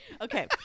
Okay